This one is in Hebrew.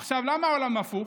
עכשיו, למה העולם הפוך?